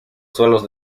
suelos